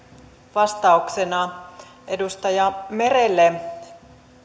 vastauksena edustaja merelle